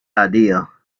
idea